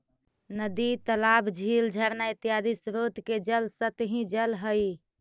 नदी तालाब, झील झरना इत्यादि स्रोत के जल सतही जल हई